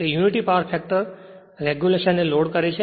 તે unity power factor regulation ને load કરે છે